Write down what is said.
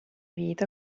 vita